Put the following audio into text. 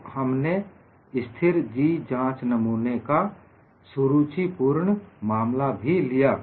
तो हमने स्थिर G जांच नमूने का सुरुचिपूर्ण मामला भी लिया